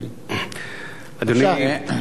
אדוני?